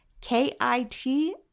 K-I-T